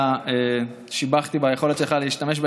הקמת קרן הלוואות ייעודית לעסקים קטנים